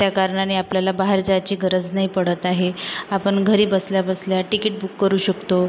त्या कारणाने आपल्याला बाहेर जायची गरज नाही पडत आहे आपण घरी बसल्या बसल्या टिकीट बुक करू शकतो